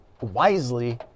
wisely